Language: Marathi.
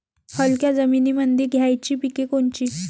हलक्या जमीनीमंदी घ्यायची पिके कोनची?